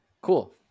Cool